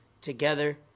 together